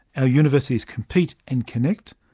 our universities compete and connect,